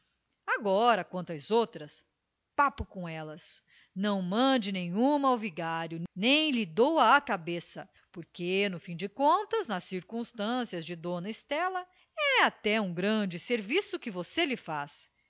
agora quanto às outras papo com elas não mande nenhuma ao vigário nem lhe doa a cabeça porque no fim de contas nas circunstâncias de dona estela é até um grande serviço que você lhe faz